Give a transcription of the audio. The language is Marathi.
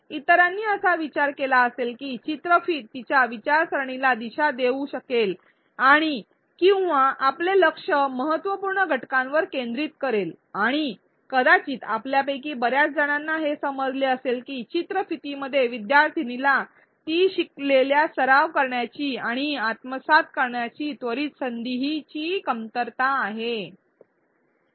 इतरांनी असा विचार केला असेल की चित्रफित तिच्या विचारसरणीला दिशा देऊ शकेल आणि किंवा आपले लक्ष महत्त्वपूर्ण घटकांवर केंद्रित करेल आणि कदाचित आपल्यापैकी बर्याचजणांना हे समजले असेल की चित्रफितीमध्ये विद्यार्थिनीला ती शिकवलेल्या सराव करण्याची आणि आत्मसात करण्याच्या त्वरित संधींची कमतरता आहे